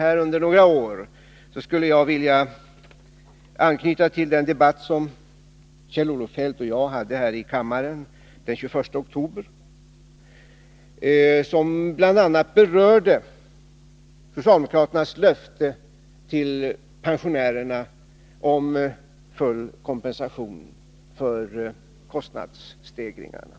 Jag skulle då vilja anknyta till den debatt som Kjell-Olof Feldt och jag förde här i kammaren den 21 oktober och som bl.a. rörde socialdemokraternas löfte till pensionärerna om full kompensation för kostnadsstegringarna.